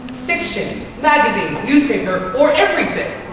fiction, magazine, newspaper, or everything.